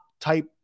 type